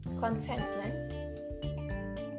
contentment